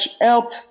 help